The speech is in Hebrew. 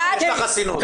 יש לה חסינות.